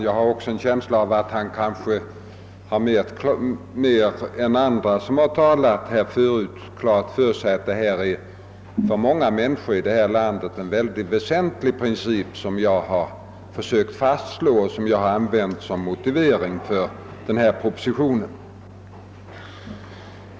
Jag hade en känsla av att han kanske mer än andra som har talat i denna sak har klart för sig att den princip som jag har försökt fastslå i föreliggande proposition är mycket väsentlig för många människor här i landet.